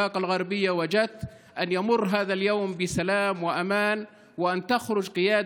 בבאקה אל-גרבייה ובג'ת המשולש תדאג לכך שיום זה יעבור בשלום